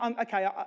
okay